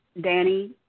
Danny